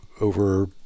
over